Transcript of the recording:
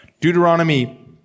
Deuteronomy